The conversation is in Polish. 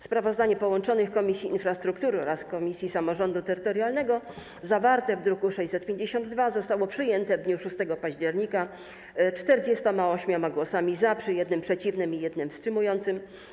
Sprawozdanie połączonych Komisji Infrastruktury oraz komisji samorządu terytorialnego zawarte w druku nr 652 zostało przyjęte w dniu 6 października 48 głosami za, przy jednym głosie przeciwnym i jednym wstrzymującym.